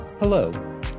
Hello